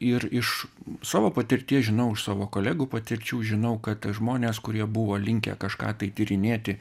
ir iš savo patirties žinau iš savo kolegų patirčių žinau kad žmonės kurie buvo linkę kažką tai tyrinėti